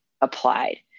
applied